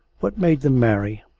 what made them marry?